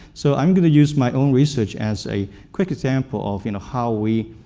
so i'm going to use my own research as a quick example of you know how we